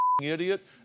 idiot